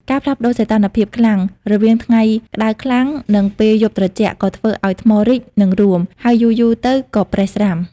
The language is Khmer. ការផ្លាស់ប្ដូរសីតុណ្ហភាពខ្លាំង រវាងថ្ងៃក្ដៅខ្លាំង និងពេលយប់ត្រជាក់ ក៏ធ្វើឱ្យថ្មរីក និងរួម ហើយយូរៗទៅក៏ប្រេះស្រាំ។